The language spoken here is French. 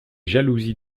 jalousies